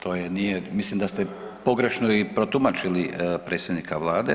To je, nije, mislim da ste pogrešno i protumačili predsjednika vlade.